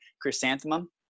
chrysanthemum